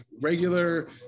regular